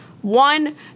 One